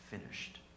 finished